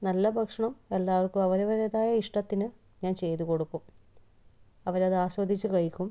നല്ല ഭക്ഷണം എല്ലാവർക്കും അവരവരുടേതായ ഇഷ്ടത്തിന് ഞാൻ ചെയ്തു കൊടുക്കും അവരത് ആസ്വദിച്ച് കഴിക്കും